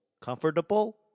comfortable